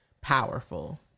powerful